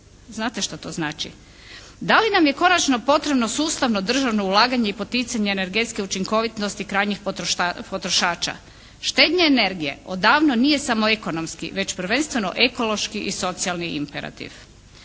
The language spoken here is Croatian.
Znate šta to znači. Da li nam je konačno potrebno sustavno državno ulaganje i poticanje energetske učinkovitosti krajnjih potrošača? Štednja energije odavno nije samo ekonomski već prvenstveno ekološki i socijalni imperativ.